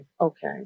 Okay